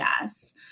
yes